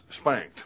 spanked